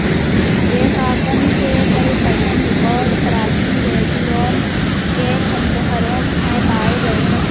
लेखांकन के सर्वप्रथम रिकॉर्ड प्राचीन बेबीलोन के खंडहरों में पाए गए हैं